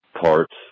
parts